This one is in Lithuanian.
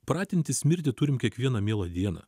pratintis mirti turim kiekvieną mielą dieną